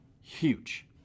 huge